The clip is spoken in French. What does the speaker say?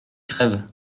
crève